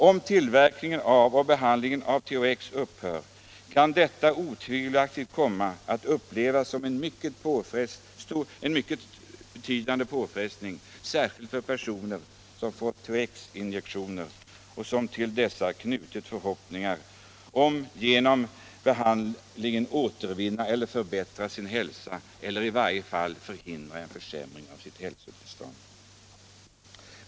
Om tillverkningen av och behandlingen med THX upphör, kan detta otvivelaktigt komma att upplevas som en mycket betydande påfrestning, särskilt för personer som fått THX-injektioner och som till dessa knutit förhoppningar att genom behandlingen återvinna eller förbättra sin hälsa eller i vart fall förhindra en försämring av sitt hälsotillstånd.